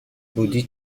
بودی